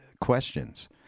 questions